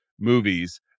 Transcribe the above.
movies